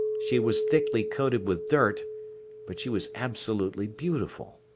she was thickly coated with dirt but she was absolutely beautiful.